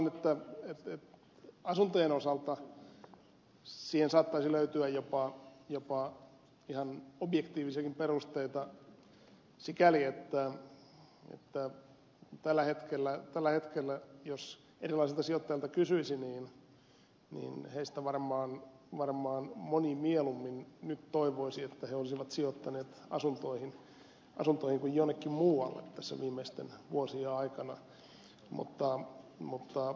luulen että asuntojen osalta siihen saattaisi löytyä jopa ihan objektiivisiakin perusteita sikäli että tällä hetkellä jos erilaisilta sijoittajilta kysyisi niin heistä varmaan moni nyt toivoisi että he olisivat sijoittaneet mieluummin asuntoihin kuin jonnekin muualle tässä viimeisten vuosien aikana